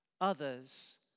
Others